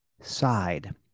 side